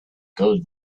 could